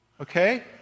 Okay